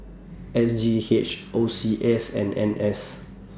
S G H O C S and N S